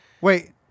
wait